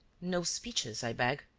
no speeches, i beg.